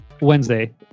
Wednesday